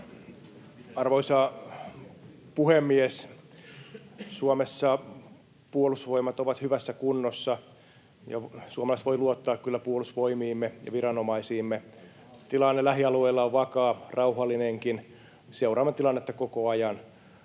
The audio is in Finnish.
Arvoisa puhemies! Suomessa Puolustusvoimat on hyvässä kunnossa, ja suomalaiset voivat luottaa kyllä puolustusvoimiimme ja viranomaisiimme. Tilanne lähialueilla on vakaa, rauhallinenkin. Seuraamme tilannetta koko ajan.